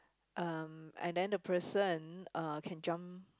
um and then the person uh can jump